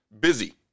busy